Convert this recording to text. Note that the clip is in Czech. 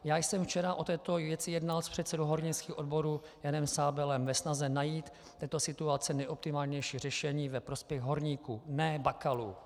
Já jsem včera o této věci jednal s předsedou hornických odborů Janem Sábelem ve snaze najít v této situaci nejoptimálnější řešení ve prospěch horníků, ne Bakalů.